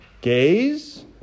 gays